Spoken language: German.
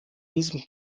diesem